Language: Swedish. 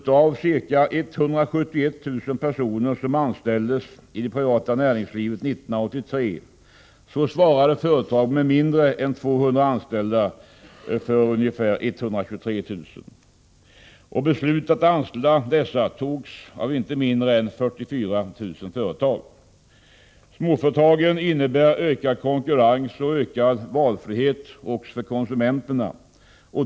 Av de ca 171 000 personer som anställdes i det privata näringslivet 1983 svarade nämligen företag med mindre än 200 anställda för ungefär 123 000. Och beslutet att anställa dessa antogs av inte mindre än 44 000 företag. Småföretagen innebär ökad konkurrens och ökad valfrihet också för konsumenterna.